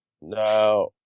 Now